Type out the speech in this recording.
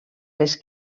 les